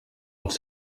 els